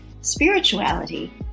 spirituality